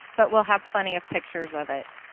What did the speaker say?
but we'll have plenty of pictures of it.